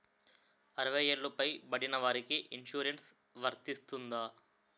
అరవై ఏళ్లు పై పడిన వారికి ఇన్సురెన్స్ వర్తిస్తుందా?